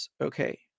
okay